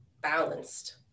balanced